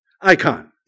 Icon